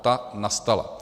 Ta nastala.